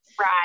Right